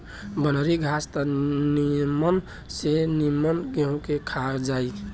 बनरी घास त निमन से निमन गेंहू के खा जाई